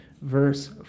verse